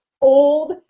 old